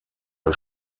ein